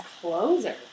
closer